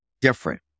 different